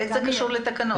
איך זה קשור לתקנות?